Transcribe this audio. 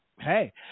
hey